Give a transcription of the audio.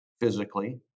physically